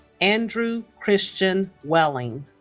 andrew christian welling